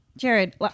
Jared